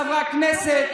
חברי הכנסת,